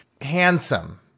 Handsome